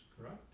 correct